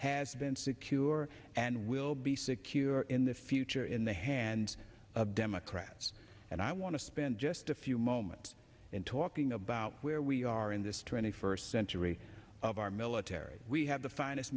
has been secure and will be secure in the future in the hands of democrats and i want to spend just a few moments in talking about where we are in this twenty first century of our military we have the finest